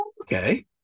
Okay